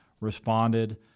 responded